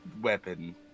weapon